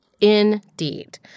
Indeed